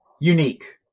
Unique